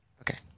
okay